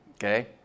Okay